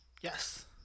Yes